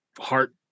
heart